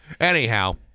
Anyhow